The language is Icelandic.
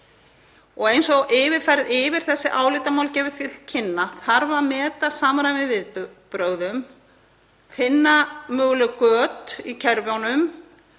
Og eins og yfirferð yfir þessi álitamál gefur til kynna þarf að meta samræmi í viðbrögðum, finna möguleg göt í kerfunum,